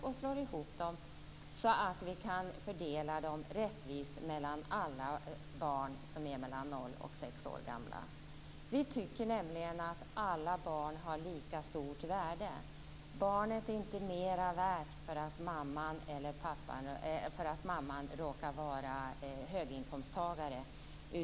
Vi slår ihop dem så att vi kan fördela dem rättvist mellan alla barn som är mellan noll och sex år gamla. Vi tycker nämligen att alla barn har lika stort värde. Barnet är inte mera värt för att mamman råkar vara höginkomsttagare.